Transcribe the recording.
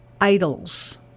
idols